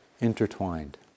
intertwined